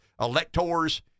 electors